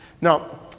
Now